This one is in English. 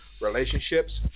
relationships